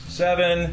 seven